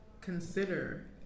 consider